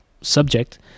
subject